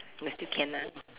but still can lah